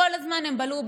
כל הזמן הם בלעו,